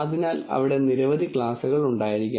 അതിനാൽ അവിടെ നിരവധി ക്ലാസുകൾ ഉണ്ടായിരിക്കാം